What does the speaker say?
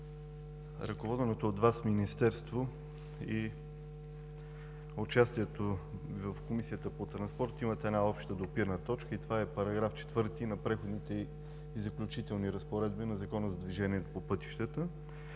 ръководеното от Вас Министерство и участието Ви в Комисията по транспорт имате една обща допирна точка. Това е § 4 от „Преходните и заключителни разпоредби“ на Закона за движение по пътищата,